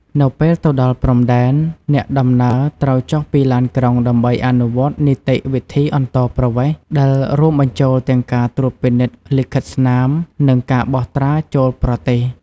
នៅពេលទៅដល់ព្រំដែន អ្នកដំណើរត្រូវចុះពីឡានក្រុងដើម្បីអនុវត្តនីតិវិធីអន្តោប្រវេសន៍ ដែលរួមបញ្ចូលទាំងការត្រួតពិនិត្យលិខិតស្នាមនិងការបោះត្រាចូលប្រទេស។